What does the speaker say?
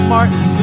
Martin